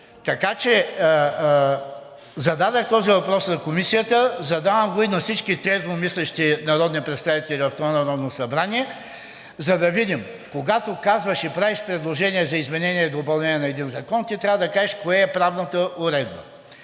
Така че зададох този въпрос на Комисията, задавам го и на всички трезвомислещи народни представители от това Народно събрание, за да видим, когато казваш и правиш предложение за изменение и допълнение на един закон, ти трябва да кажеш коя е правната уредба.